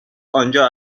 آنجا